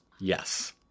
Yes